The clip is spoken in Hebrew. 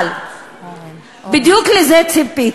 אבל בדיוק לזה ציפיתי.